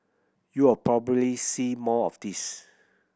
you'll probably see more of this